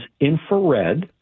infrared